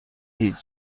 هیچ